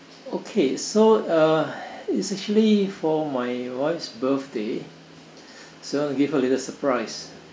okay so uh it's actually for my wife's birthday so I wan to give her a little surprise